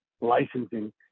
licensing